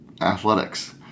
athletics